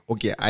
Okay